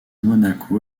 monaco